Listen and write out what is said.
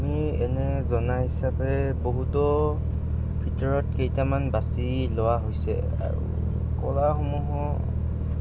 আমি এনে জনা হিচাপে বহুতো ভিতৰত কেইটামান বাছি লোৱা হৈছে আৰু কলাসমূহৰ